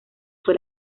fue